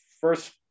first